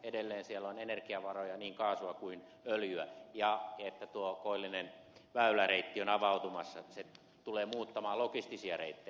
edelleen siellä on energiavaroja niin kaasua kuin öljyä ja se että tuo koillinen väylä reitti on avautumassa tulee muuttamaan logistisia reittejä